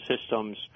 systems